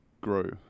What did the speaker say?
Grow